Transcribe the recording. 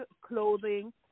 clothing